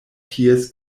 ties